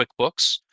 QuickBooks